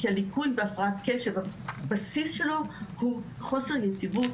כי הניקוי בהפרעת קשב הבסיס שלו הוא חוסר יציבות,